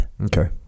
Okay